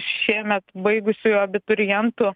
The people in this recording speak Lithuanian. šiemet baigusiųjų abiturientų